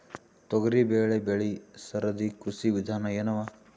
ತೊಗರಿಬೇಳೆ ಬೆಳಿ ಸರದಿ ಕೃಷಿ ವಿಧಾನ ಎನವ?